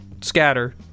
Scatter